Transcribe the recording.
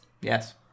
Yes